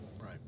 Right